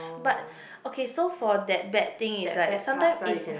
but okay so for that bad thing is like sometime it's